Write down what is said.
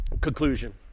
conclusion